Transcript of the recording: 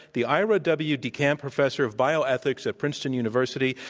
the ira w. decamp professor of bioethics at princeton university,